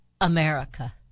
America